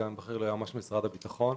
סגן בכיר ליועמ"ש משרד הביטחון,